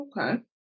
Okay